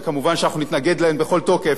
ומובן שאנחנו נתנגד להן בכל תוקף,